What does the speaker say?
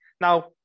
Now